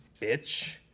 bitch